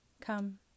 Come